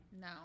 No